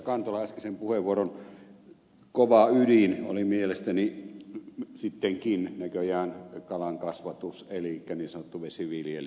kantolan äskeisen puheenvuoron kova ydin oli mielestäni sittenkin näköjään kalankasvatus elikkä niin sanottu vesiviljely